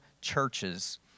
churches